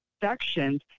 sections